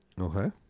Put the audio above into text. Okay